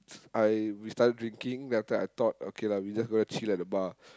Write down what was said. I we started drinking then after that I thought okay lah we just go and chill at the bar